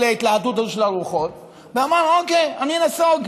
להתלהטות הזאת של הרוחות, ואמר: אוקיי, אני נסוג.